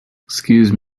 excuse